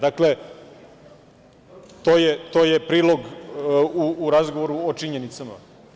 Dakle, to je prilog u razgovoru o činjenicama.